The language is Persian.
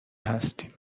هستیم